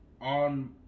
on